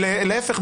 להפך,